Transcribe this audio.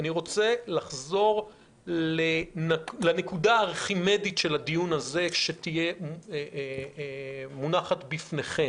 אני רוצה לחזור לנקודה הארכימדית של הדיון הזה שתהיה מונחת בפניכם: